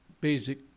basic